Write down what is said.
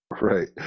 Right